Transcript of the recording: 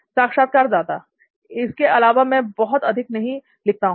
साक्षात्कारदाता इसके अलावा मैं बहुत अधिक नहीं लिखता हूं